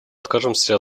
откажемся